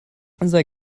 sei